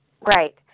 Right